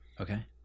Okay